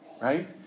Right